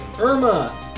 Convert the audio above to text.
Irma